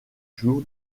jour